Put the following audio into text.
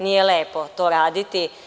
Nije lepo to raditi.